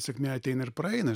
sėkmė ateina ir praeina